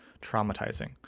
traumatizing